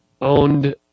owned